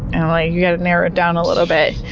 and i'm like, you gotta narrow it down a little bit.